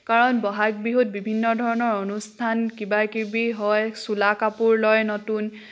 কাৰণ বহাগ বিহুত বিভিন্ন ধৰণৰ অনুষ্ঠান কিবা কিবি হয় চোলা কাপোৰ লয় নতুন